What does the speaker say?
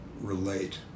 relate